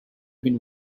been